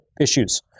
issues